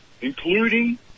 including